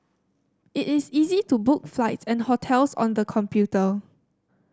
it is easy to book flights and hotels on the computer